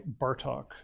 Bartok